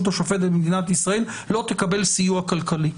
השופטת במדינת ישראל לא תקבל סיוע כלכלי,